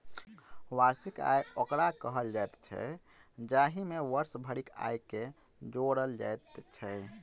वार्षिक आय ओकरा कहल जाइत छै, जाहि मे वर्ष भरिक आयके जोड़ल जाइत छै